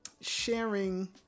sharing